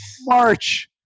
March